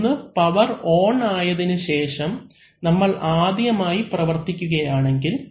ഒന്ന് power on ആയതിനു ശേഷം നമ്മൾ ആദ്യമായി പ്രവർത്തിക്കുകയാണെങ്കിൽ